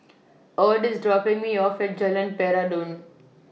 Ed IS dropping Me off At Jalan Peradun